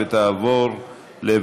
התשע"ח 2017,